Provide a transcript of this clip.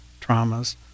traumas